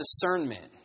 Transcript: discernment